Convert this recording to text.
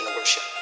worship